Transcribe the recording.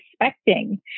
expecting